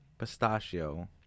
pistachio